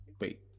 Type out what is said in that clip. Wait